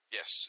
Yes